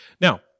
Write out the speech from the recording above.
Now